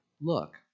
Look